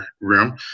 room